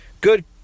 good